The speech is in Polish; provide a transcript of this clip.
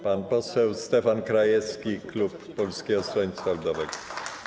Pan poseł Stefan Krajewski, klub Polskiego Stronnictwa Ludowego.